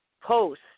post